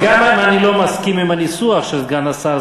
גם אם אני לא מסכים עם הניסוח של סגן השר,